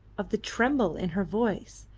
of the tremble in her voice,